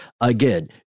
Again